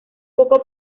poco